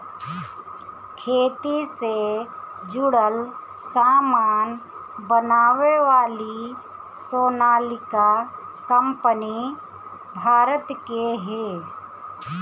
खेती से जुड़ल सामान बनावे वाली सोनालिका कंपनी भारत के हिय